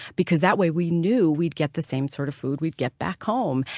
because that way we knew we'd get the same sort of food we'd get back home.